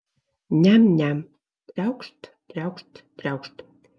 niam niam triaukšt triaukšt triaukšt